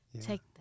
Take